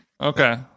Okay